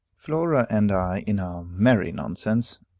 flora and i, in our merry nonsense,